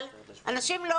אתה